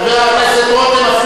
חבר הכנסת רותם,